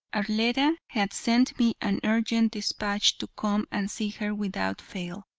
arletta had sent me an urgent despatch to come and see her without fail,